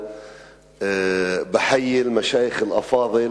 (נושא דברים בשפה הערבית,